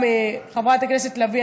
חברת הכנסת לביא,